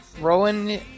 Rowan